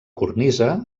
cornisa